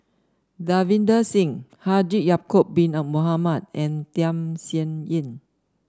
Davinder Singh Haji Ya'acob bin a Mohamed and Tham Sien Yen